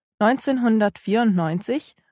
1994